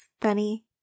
funny